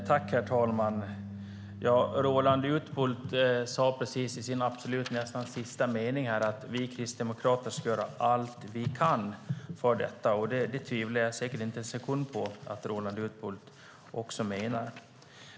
Herr talman! Roland Utbult sade precis: Vi kristdemokrater ska göra allt vi kan för detta. Det tvivlar jag inte en sekund på att Roland Utbult menar.